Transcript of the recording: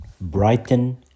Brighton